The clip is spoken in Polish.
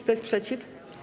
Kto jest przeciw?